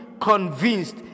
convinced